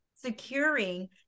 securing